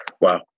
Wow